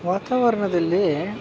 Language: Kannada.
ವಾತಾವರಣದಲ್ಲಿ